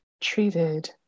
treated